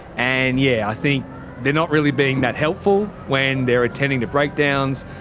and yeah, i think they're not really being that helpful, when they're attending to breakdowns,